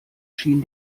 schien